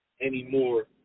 anymore